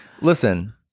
Listen